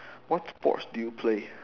what sports do you play